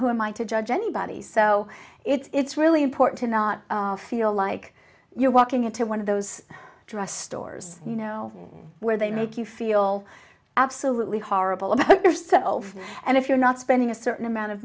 who am i to judge anybody's so it's really important to not feel like you're walking into one of those dry stores you know where they make you feel absolutely horrible about yourself and if you're not spending a certain amount of